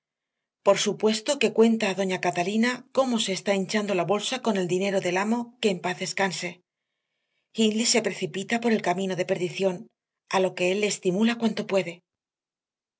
por supuesto que cuenta a doña catalina cómo se está hinchando la bolsa con el dinero del amo que en paz descanse hindley se precipita por el camino de perdición a lo que él le estimula cuanto puede